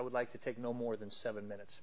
would like to take no more than seven minutes